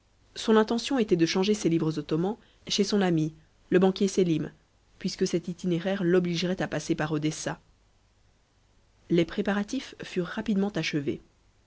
son intention était de changer ses livres ottomans chez son ami le banquier sélim puisque cet itinéraire l'obligeait à passer par odessa les préparatifs furent rapidement achevés